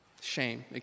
Shame